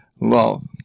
love